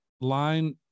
line